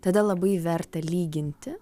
tada labai verta lyginti